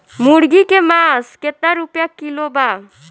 मुर्गी के मांस केतना रुपया किलो बा?